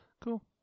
cool